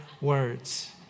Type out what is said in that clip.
words